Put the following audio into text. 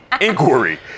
inquiry